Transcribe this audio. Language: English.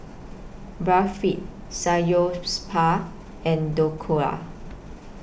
Barfi and Dhokla